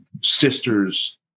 sister's